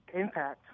impact